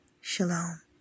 Shalom